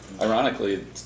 Ironically